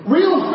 Real